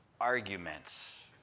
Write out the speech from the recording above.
arguments